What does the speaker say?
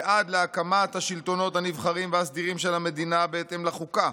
ועד להקמת השלטונות הנבחרים והסדירים של המדינה בהתאם לחוקה